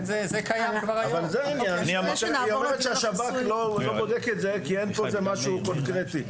היא אומרת שהשב"כ לא בודק את זה כי אין פה איזה משהו קונקרטי,